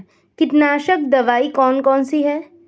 कीटनाशक दवाई कौन कौन सी हैं?